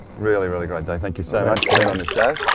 really, really great day. thank you so much for being on the show.